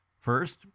First